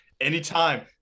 Anytime